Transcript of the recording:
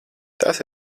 tas